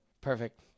Perfect